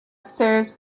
serves